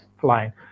flying